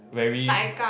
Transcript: very